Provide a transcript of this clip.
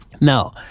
Now